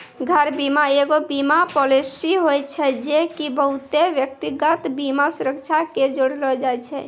घर बीमा एगो बीमा पालिसी होय छै जे की बहुते व्यक्तिगत बीमा सुरक्षा के जोड़े छै